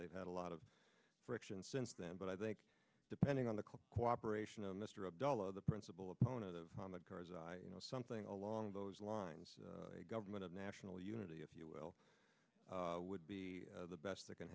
they've had a lot of friction since then but i think depending on the cooperation of mr abdullah the principal opponent of the cars i know something along those lines a government of national unity if you will would be the best that can